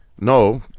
No